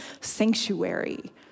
sanctuary